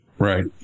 Right